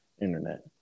Internet